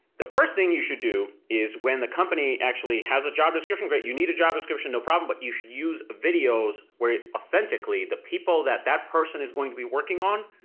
the first thing you should do is when the company actually has a job description, great, you need a job description, no problem but you should use videos where authentically the people that that person is going to be working on,